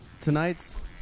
Tonight's